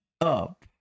up